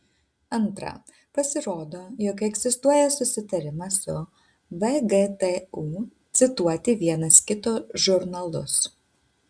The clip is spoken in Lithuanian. antra pasirodo jog egzistuoja susitarimas su vgtu cituoti vienas kito žurnalus